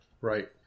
right